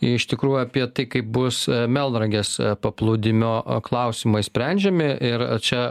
iš tikrų apie tai kaip bus melnragės paplūdimio klausimai sprendžiami ir čia